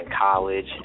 college